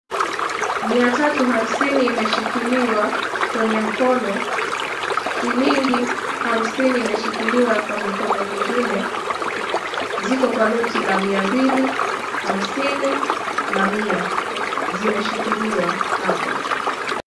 Mia tatu hamsini imeshikiliwa kwenye mkono, shilingi hamsini imeshikiliwa kwa mikono nyingine. Ziko kwa noti la mia mbili, hamsini na mia zimeshikiliwa hapo.